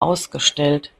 ausgestellt